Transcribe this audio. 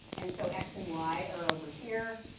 and so x and y are over here.